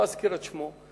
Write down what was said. לא אזכיר את שמו,